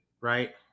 right